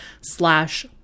slash